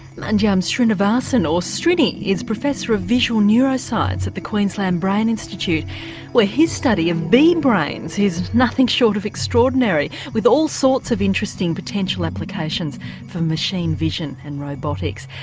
mandyam srinivasan or srini is professor of visual neuroscience at the queensland brain institute where his study of bee brains is nothing short of extraordinary, with all sorts of interesting potential applications for machine vision and robotics.